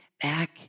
back